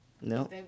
No